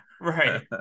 Right